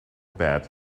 bed